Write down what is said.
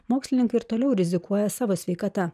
mokslininkai ir toliau rizikuoja savo sveikata